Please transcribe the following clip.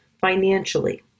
financially